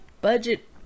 budget